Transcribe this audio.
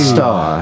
Star